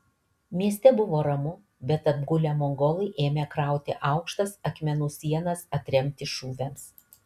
mieste buvo ramu bet apgulę mongolai ėmė krauti aukštas akmenų sienas atremti šūviams